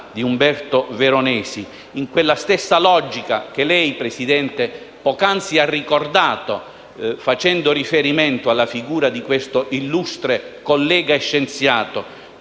di Umberto Veronesi, in quella stessa logica che lei, Presidente, poc'anzi ha ricordato facendo riferimento alla figura di questo illustre collega e scienziato,